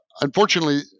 Unfortunately